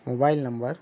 mobile number